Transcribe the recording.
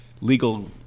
legal